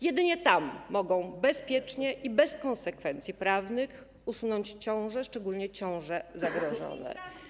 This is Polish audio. Jedynie tam mogą bezpiecznie i bez konsekwencji prawnych usunąć ciąże, szczególnie ciąże zagrożone.